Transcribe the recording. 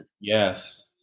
Yes